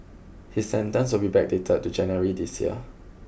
his sentence will be backdated to January this year